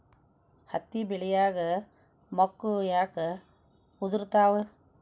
ಹತ್ತಿ ಬೆಳಿಯಾಗ ಮೊಗ್ಗು ಯಾಕ್ ಉದುರುತಾವ್?